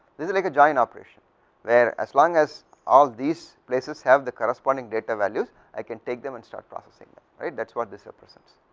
this is like a join operation were as long as all these places have the corresponding data values i can take them and start processing right that was this represents.